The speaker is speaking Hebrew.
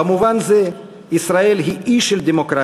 במובן זה ישראל היא אי של דמוקרטיה.